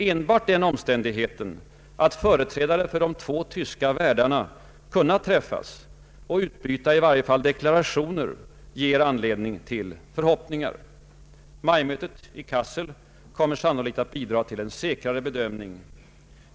Enbart den omständigheten att företrädare för de båda tyska världarna kunde träffas och utbyta i varje fall deklarationer ger dock anledning till vissa förhoppningar. Majmötet i Kassel kommer sannolikt att bidraga till en säkrare bedömning.